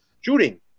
Shooting